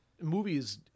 movies